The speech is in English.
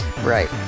Right